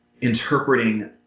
interpreting